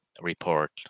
report